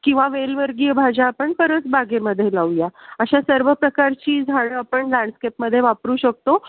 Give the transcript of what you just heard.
किंवा वेलवर्गीय भाज्या आपण परसबागेमध्ये लावू या अशा सर्व प्रकारची झाडं आपण लँड्सकेपमध्ये वापरू शकतो